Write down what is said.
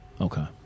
Okay